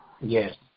Yes